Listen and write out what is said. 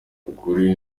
ukuri